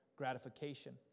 gratification